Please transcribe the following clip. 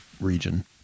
region